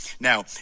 Now